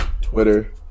Twitter